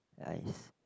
nice